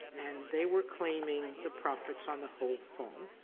and they were claiming the profits on the whole phone.